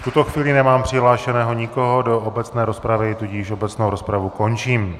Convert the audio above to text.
V tuto chvíli nemám přihlášeného nikoho do obecné rozpravy, tudíž obecnou rozpravu končím.